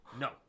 No